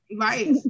Right